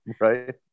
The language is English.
Right